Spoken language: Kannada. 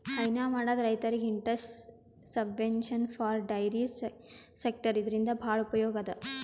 ಹೈನಾ ಮಾಡದ್ ರೈತರಿಗ್ interest subvention for dairy sector ಇದರಿಂದ್ ಭಾಳ್ ಉಪಯೋಗ್ ಅದಾ